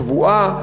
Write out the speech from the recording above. קבועה,